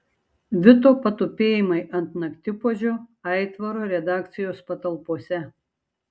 vito patupėjimai ant naktipuodžio aitvaro redakcijos patalpose